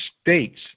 states